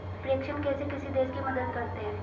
प्रेषण कैसे किसी देश की मदद करते हैं?